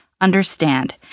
understand